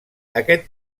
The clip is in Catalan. aquest